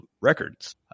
records